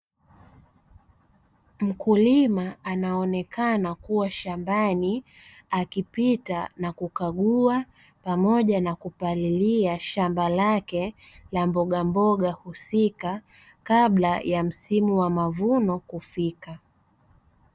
Mkulima anaonekana kuwa shambani akipita na kukagua pamoja na kupalilia shamba lake la mbogamboga husika kabla ya msimu wa mavuno kufika.